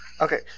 Okay